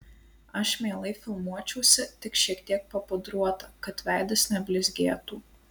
aš mielai filmuočiausi tik šiek tiek papudruota kad veidas neblizgėtų